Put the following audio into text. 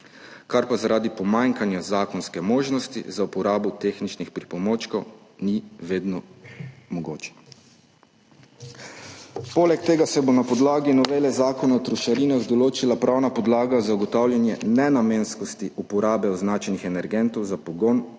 kar pa zaradi pomanjkanja zakonske možnosti za uporabo tehničnih pripomočkov ni vedno mogoče. Poleg tega se bo na podlagi novele Zakona o trošarinah določila pravna podlaga za ugotavljanje nenamenskosti uporabe označenih energentov za pogon